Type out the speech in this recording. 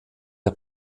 der